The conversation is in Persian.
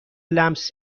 لمس